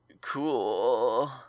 cool